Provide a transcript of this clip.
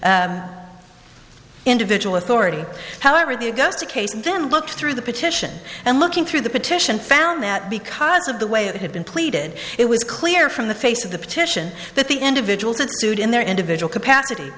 plead individual authority however the augusta case then looked through the petition and looking through the petition found that because of the way it had been pleaded it was clear from the face of the petition that the individuals that sued in their individual capacity